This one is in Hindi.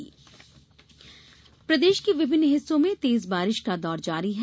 मौसम प्रदेश के विभिन्न हिस्सों में तेज बारिश का दौर जारी है